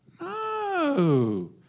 No